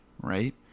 right